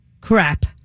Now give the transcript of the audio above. Crap